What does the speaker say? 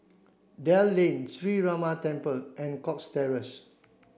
Dell Lane Sree Ramar Temple and Cox Terrace